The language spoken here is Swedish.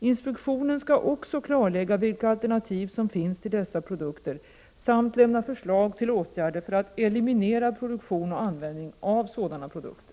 Inspektionen skall också klarlägga vilka alternativ som finns till dessa produkter samt lämna förslag till åtgärder för att eliminera produktion och användning av sådana produkter.